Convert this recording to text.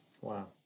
wow